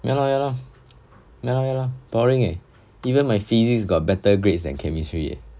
ya lor ya lor a lor ya lor boring leh even my physics got better grades than chemistry eh